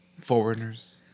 foreigners